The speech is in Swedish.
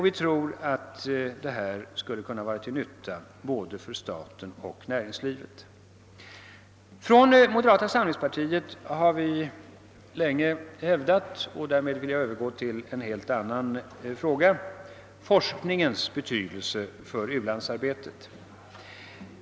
Vi tror att detta skulle kunna vara till nytta både för staten och för näringslivet. Från moderata samlingspartiet har vi länge hävdat — och därmed vill jag övergå till en helt annan fråga — forskningens betydelse för u-landsarbetet.